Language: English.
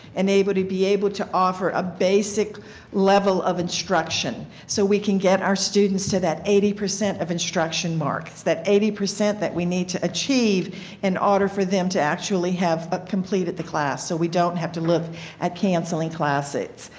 and to be able to offer a basic level of instruction? so we can get our students to that eighty percent of instruction mark, that eighty percent that we need to achieve in order for them to actually have ah completed the class so we don't have to look at canceling classes.